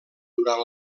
durant